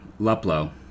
Luplo